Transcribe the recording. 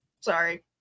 sorry